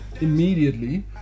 immediately